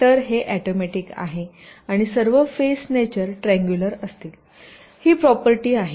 तर हे ऑटोमॅटिक आहे आणि सर्व फेस नेचर ट्रिअंगुलर असतील ही प्रॉपर्टी आहे